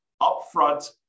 upfront